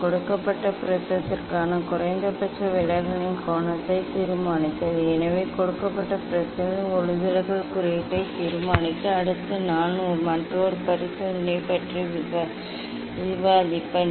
கொடுக்கப்பட்ட ப்ரிஸத்திற்கான குறைந்தபட்ச விலகலின் கோணத்தை தீர்மானித்தல் எனவே கொடுக்கப்பட்ட ப்ரிஸின் ஒளிவிலகல் குறியீட்டை தீர்மானிக்க அடுத்து நான் மற்றொரு பரிசோதனையைப் பற்றி விவாதிப்பேன்